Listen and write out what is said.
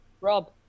Rob